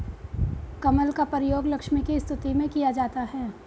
कमल का प्रयोग लक्ष्मी की स्तुति में किया जाता है